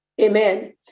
Amen